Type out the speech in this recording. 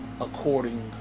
according